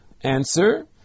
answer